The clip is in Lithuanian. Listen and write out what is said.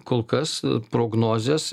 kol kas prognozės